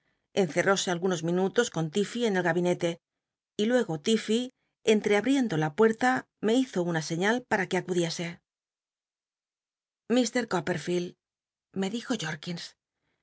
encenóse algunos minutos con l'iffey en el gabine e y luego tiffcy entreabriendo la pucrta me hizo una señal para que acudiese ilr copperfield me di